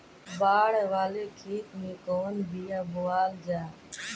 बाड़ वाले खेते मे कवन बिया बोआल जा?